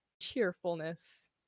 Cheerfulness